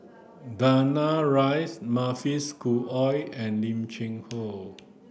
Danaraj Mavis Khoo Oei and Lim Cheng Hoe